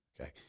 okay